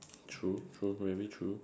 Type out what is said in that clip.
true true really true